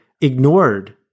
ignored